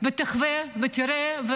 תחווה ותראה.